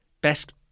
Best